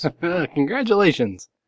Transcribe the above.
Congratulations